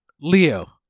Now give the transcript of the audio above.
Leo